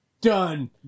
Done